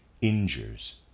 injures